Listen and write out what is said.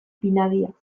pinadiak